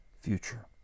future